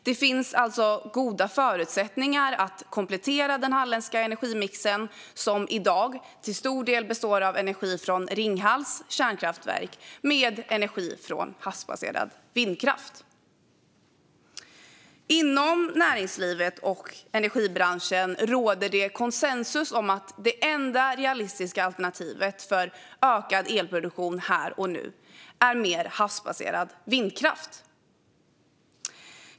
Det finns alltså goda förutsättningar för att komplettera den halländska energimixen, som i dag till stor del består av energi från Ringhals kärnkraftverk, med energi från havsbaserad vindkraft. I näringslivet och energibranschen råder det konsensus om att det enda realistiska alternativet för ökad elproduktion här och nu är mer havsbaserad vindkraft.